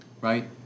right